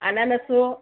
ಅನಾನಸು